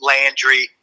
Landry